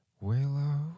Willow